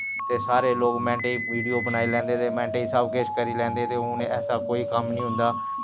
ते सारे लोग मैंटे च विडियो बनाई लैंदे ते सब किश मैंटे च करी लैंदे ते हून ऐसा कोई कम्म नी होंदा